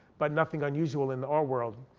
but nothing unusual in the art world.